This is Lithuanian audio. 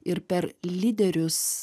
ir per lyderius